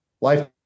life